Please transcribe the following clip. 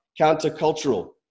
countercultural